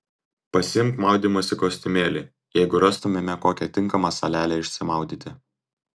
pasiimk maudymosi kostiumėlį jeigu rastumėme kokią tinkamą salelę išsimaudyti